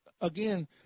Again